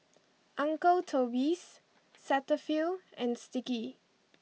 Uncle Toby's Cetaphil and Sticky